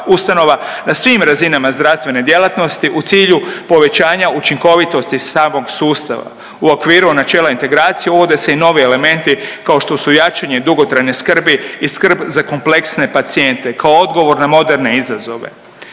ustanova na svim razinama zdravstvene djelatnosti u cilju povećanja učinkovitosti samom sustava. U okviru načela integracije uvode se i novi elementi kao što su jačanje dugotrajne skrbi i skrb za kompleksne pacijente kao odgovor na moderne izazove.